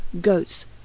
goats